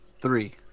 Three